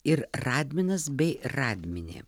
ir radminas bei radminė